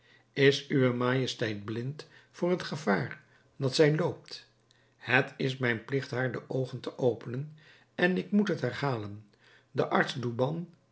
is uwe majesteit blind voor het gevaar dat zij loopt het is mijn pligt haar de oogen te openen en ik moet het herhalen de arts douban